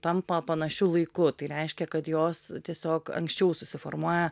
tampa panašiu laiku tai reiškia kad jos tiesiog anksčiau susiformuoja